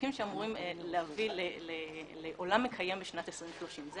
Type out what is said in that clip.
החלקים שאמורים להביא לעולם מקיים לשנת 2030. זה